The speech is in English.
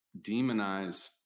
demonize